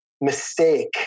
mistake